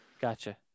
Gotcha